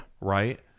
Right